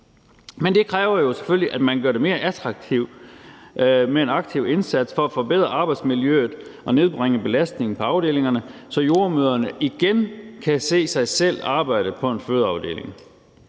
Men det kræver jo selvfølgelig, at man gør det mere attraktivt med en aktiv indsats for at forbedre arbejdsmiljøet og nedbringe belastningen på afdelingerne, så jordemødrene igen kan se sig selv arbejde på en fødeafdeling.